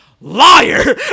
liar